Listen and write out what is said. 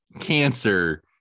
cancer